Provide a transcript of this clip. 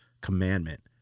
commandment